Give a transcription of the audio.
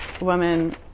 woman